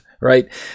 right